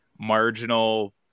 marginal